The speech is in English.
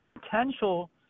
potential